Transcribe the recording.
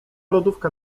lodówka